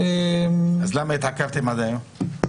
למה התעכבתם עד היום?